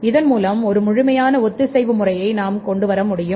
இதன் மூலம் ஒரு முழுமையான ஒத்திசைவு முறையை நாம் கொண்டு வர முடியும்